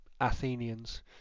Athenians